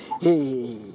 hey